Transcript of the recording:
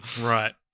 right